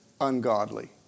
ungodly